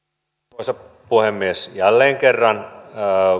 arvoisa puhemies jälleen kerran